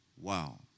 Wow